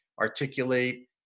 articulate